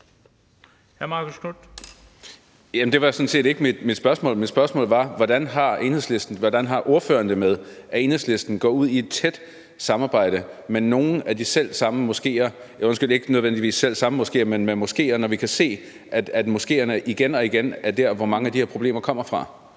Hvordan har ordføreren det med, at Enhedslisten går ud i et tæt samarbejde med nogle moskeer, når vi kan se, at moskeerne igen og igen er dér, hvor mange af de her problemer kommer fra?